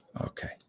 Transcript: Okay